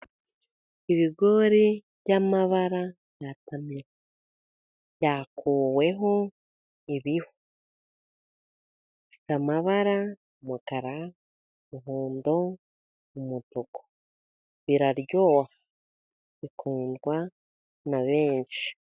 Ibigori by'amabara bya tamira. Byakuweho ibihu. Bifite amabara umukara, umuhondo, umutuku. Biraryoha bikundwa na benshi.